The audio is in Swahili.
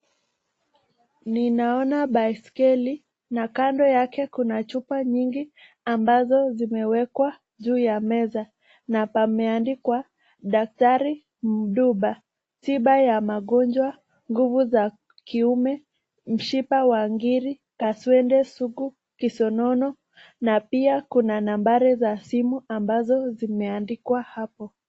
Ninaona baiskeli na kando yake kuna chupa nyingi ambazo zimewekwa juu ya meza na pameandikwa daktari mdumba, tiba ya magonjwa nguvu za kiume, mshipa wa ngiri, kaswende sugu, kisonono na pia kuna nambari za simu ambazo zimeandikwa hapo.